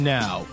now